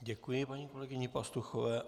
Děkuji paní kolegyni Pastuchové.